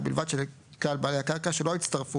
ובלבד שלכלל בעלי הקרקע שלא הצטרפו